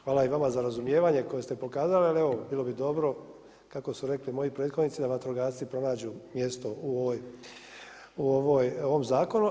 Hvala i vama za razumijevanje koje ste pokazali, ali evo, bilo bi dobro, kako su rekli moji prethodnici vatrogasci pronađu mjesto u ovom zakonu.